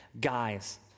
Guys